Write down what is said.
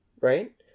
right